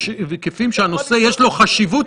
הזהירות שאנחנו נוקטים בחוק היא כדי שהכל יהיה דרך משרד